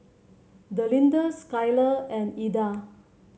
Delinda Skyla and Eda